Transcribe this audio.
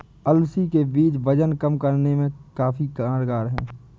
अलसी के बीज वजन कम करने में काफी कारगर है